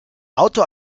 auto